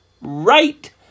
right